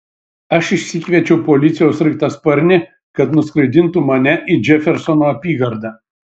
aš išsikviečiau policijos sraigtasparnį kad nuskraidintų mane į džefersono apygardą